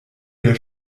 der